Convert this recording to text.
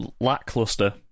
lackluster